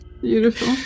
beautiful